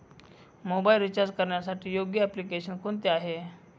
Mobile recharge करण्यासाठी योग्य application कोणते आहे?